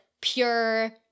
pure